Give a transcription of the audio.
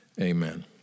Amen